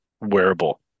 wearable